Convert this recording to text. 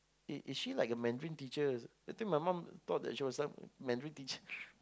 is is she like a mandarin teacher I think my mom thought that she was some mandarin teacher